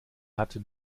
hatte